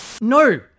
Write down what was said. No